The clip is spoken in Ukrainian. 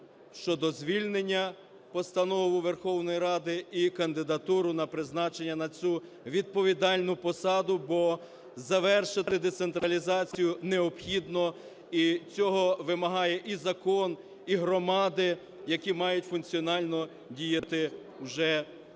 щодо звільнення постанову Верховної Ради і кандидатуру на призначення на цю відповідальну посаду, бо завершити децентралізацію необхідно. І цього вимагає і закон, і громади, які мають функціонально діяти вже на